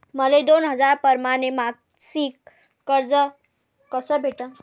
मले दोन हजार परमाने मासिक कर्ज कस भेटन?